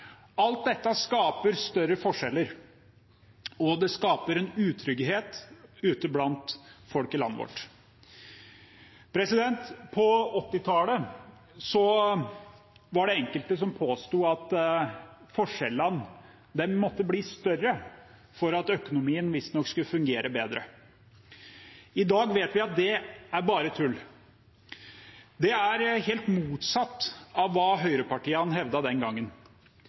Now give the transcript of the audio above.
Alt dette skaper større forskjeller, og det skaper utrygghet ute blant folk i landet vårt. På 1980-tallet var det enkelte som påsto at forskjellene måtte bli større for at økonomien visstnok skulle fungere bedre. I dag vet vi at det bare er tull. Det er helt motsatt av hva høyrepartiene hevdet den gangen.